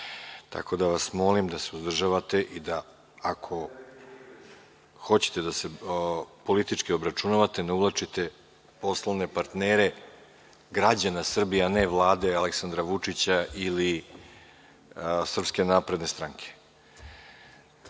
Tako da vas molim da se uzdržavate i da, ako hoćete da se politički obračunavate, ne uvlačite poslovne partnere građana Srbije, a ne Vlade Aleksandra Vučića ili SNS.Po Poslovniku